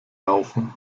laufen